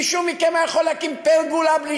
מישהו מכם היה יכול להקים פרגולה בלי